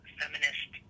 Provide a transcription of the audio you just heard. feminist